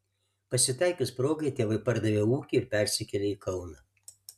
pasitaikius progai tėvai pardavė ūkį ir persikėlė į kauną